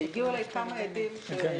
הגיעו אלי כמה הדים על כך